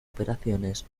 operaciones